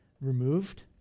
removed